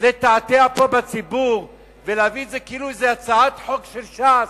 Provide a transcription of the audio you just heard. לתעתע בציבור ולהביא את זה כאילו הצעת חוק של ש"ס,